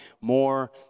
more